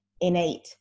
innate